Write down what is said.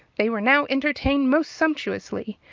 they were now entertained most sumptuously,